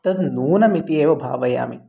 तत् नूनम् इति एव भावयामि